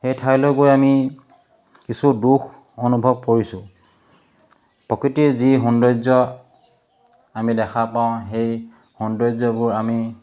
সেই ঠাইলৈ গৈ আমি কিছু দুখ অনুভৱ কৰিছোঁ প্ৰকৃতিৰ যি সৌন্দৰ্য আমি দেখা পাওঁ সেই সৌন্দৰ্যবোৰ আমি